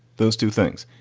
those two things.